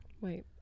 Wait